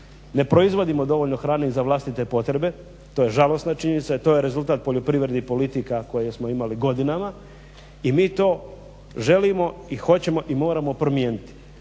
ne proizvodimo dovoljno hrane i za vlastite potrebe, to je žalosna činjenica jer to je rezultat poljoprivrednih politika koje smo imali godinama i mi to želimo, i hoćemo i moramo promijeniti.